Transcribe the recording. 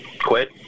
quit